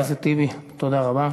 חבר הכנסת טיבי, תודה רבה.